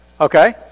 Okay